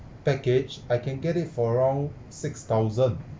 package I can get it for around six thousand